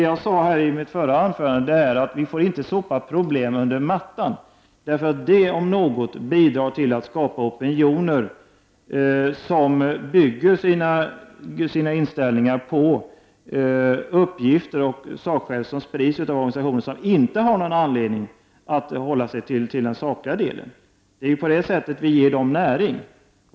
Jag sade i mitt förra anförande här i dag att vi inte får sopa problemen under mattan. Det om något bidrar till att skapa opinioner som bygger sina inställningar på uppgifter och argument som sprids av organisationer som inte har någon anledning att hålla sig till sakliga fakta. Genom att sopa problemen under mattan ger vi dem näring.